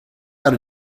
had